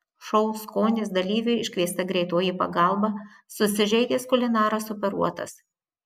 šou skonis dalyviui iškviesta greitoji pagalba susižeidęs kulinaras operuotas